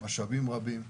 משאבים רבים,